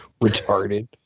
retarded